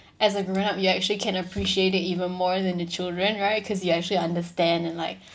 as a grown up you actually can appreciate it even more than the children right cause you actually understand and like